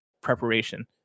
preparation